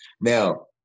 Now